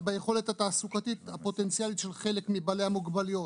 ביכולת התעסוקתית הפוטנציאלית של חלק מבעלי המוגבלויות.